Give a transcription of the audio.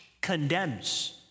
condemns